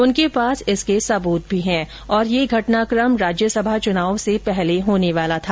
उनके पास इसके सबुत भी हैं और यह घटनाक्रम राज्यसभा चुनाव से पहले होने वाला था